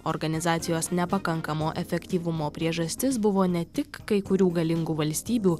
organizacijos nepakankamo efektyvumo priežastis buvo ne tik kai kurių galingų valstybių